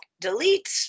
delete